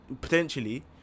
potentially